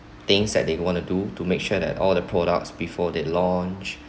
things that they want to do to make sure that all the products before they launch